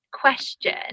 question